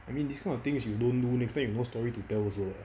I mean this kind of things you don't do next time you no stories to tell also